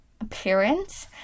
appearance